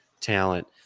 talent